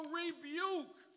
rebuke